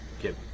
get